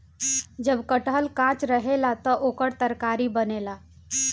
जब कटहल कांच रहेला त ओकर तरकारी बनेला